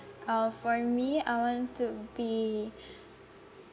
uh for me I want to be